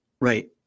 right